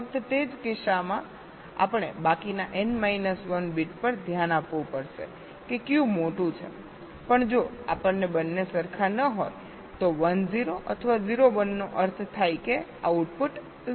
ફક્ત તે જ કિસ્સામાં આપણે બાકીના n માઇનસ 1 બીટ પર ધ્યાન આપવું પડશે કે કયું મોટું છે પણ જો આપણને બંને સરખા ન હોય તો 1 0 અથવા 0 1 નો અર્થ થાય કે આઉટપુટ 0 છે